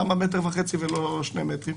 למה מטר וחצי ולא שני מטרים?